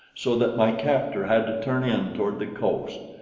so that my captor had to turn in toward the coast.